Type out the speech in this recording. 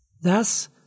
Thus